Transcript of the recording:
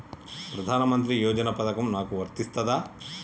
ప్రధానమంత్రి యోజన పథకం నాకు వర్తిస్తదా?